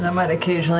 matt okay.